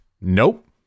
Nope